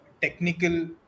technical